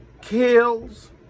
kills